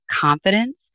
confidence